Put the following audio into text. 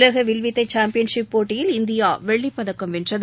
உலகவில்வித்தைசாம்பியன் ஷிப் போட்டியில் இந்தியாவெள்ளிப்பதக்கம் வென்றது